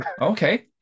Okay